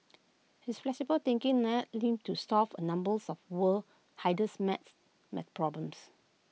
his flexible thinking led him to solve A numbers of world's hardest math math problems